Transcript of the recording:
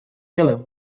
dillon